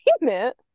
payment